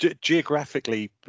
geographically